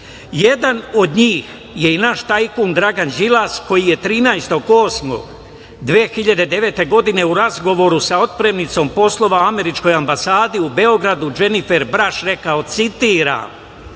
Jedan od njih je i naš tajkun Dragan Đilas, koji je 13. 8. 2009. godine u razgovoru sa otpremnicom poslova Američkoj ambasadi u Beogradu Dženifer Braš rekao, citiram: